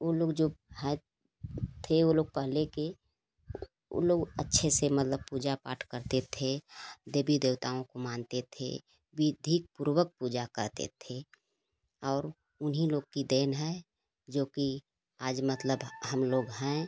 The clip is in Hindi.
वो लोग जो हैं थे वो लोग पहले के वो लोग अच्छे से मतलब पूजा पाठ करते थे देवी देवताओं को मानते थे विधिपूर्वक पूजा करते थे और उन्ही लोग की देन है जो कि आज मतलब हम लोग हैं